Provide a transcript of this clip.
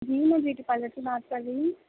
جی میں beauty parlour سے بات کر رہی ہوں